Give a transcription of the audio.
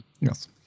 yes